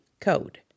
code